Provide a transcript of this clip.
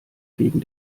gegen